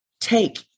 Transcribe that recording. take